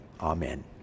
Amen